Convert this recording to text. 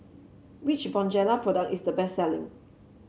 which Bonjela product is the best selling